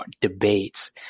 debates